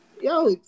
Yo